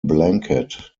blanket